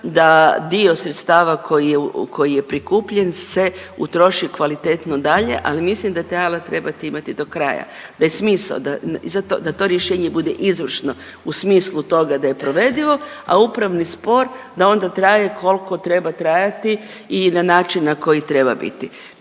da dio sredstava koji je, koji je prikupljen se utroši kvalitetno dalje, ali mislim da taj alat trebate imati do kraja, da je smisao, da i zato da to rješenje bude izvršno u smislu toga da je provedivo, a upravni spor da onda traje kolko treba trajati i na način na koji treba biti.